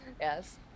Yes